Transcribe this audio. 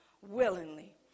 willingly